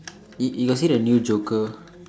you you got see the new joker